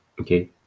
Okay